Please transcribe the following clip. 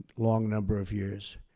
long number of years.